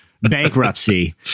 bankruptcy